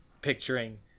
picturing